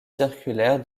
circulaire